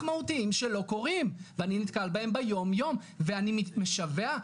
מהותיים שלא קורים ואני נתקל בהם ביום יום ואני משווע,